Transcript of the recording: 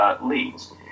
leads